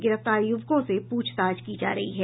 गिरफ्तार युवकों से पूछताछ की जा रही है